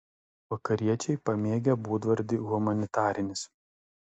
vakariečiai pamėgę būdvardį humanitarinis